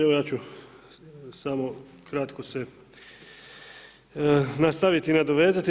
Evo ja ću samo kratko se nastaviti i nadovezati.